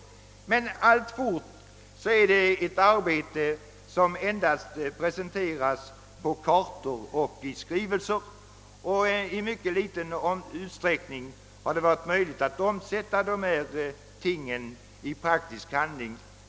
Men alltfort är det ett arbete som endast presenteras på kartor och i skrivelser. Endast i mycket ringa utsträckning har det varit möjligt att omsätta resultaten i praktisk handling.